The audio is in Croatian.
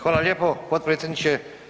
Hvala lijepo potpredsjedniče.